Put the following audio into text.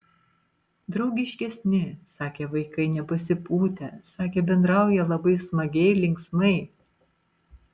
draugiškesni sakė vaikai nepasipūtę sakė bendrauja labai smagiai linksmai